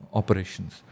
operations